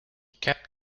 kept